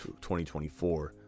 2024